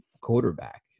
quarterback